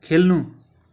खेल्नु